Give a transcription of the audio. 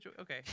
Okay